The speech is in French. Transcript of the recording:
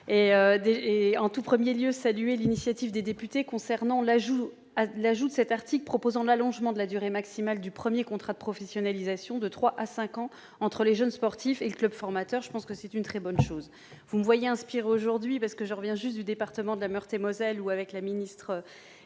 Tout d'abord, je veux saluer l'initiative des députés concernant l'ajout de cet article, qui prévoit l'allongement de la durée maximale du premier contrat de professionnalisation de trois à cinq ans entre les jeunes sportifs et le club formateur ; c'est une très bonne chose. Vous me voyez inspirée, car je reviens juste du département de Meurthe-et-Moselle où, avec la ministre